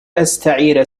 أستعير